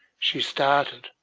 she started,